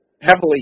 heavily